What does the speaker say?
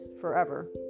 forever